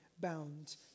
bound